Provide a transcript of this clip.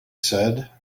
said